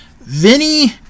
Vinny